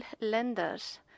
lenders